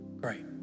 Great